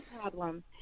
problem